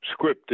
scripted